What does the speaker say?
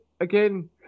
again